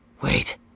Wait